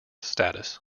status